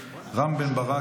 רם בן ברק,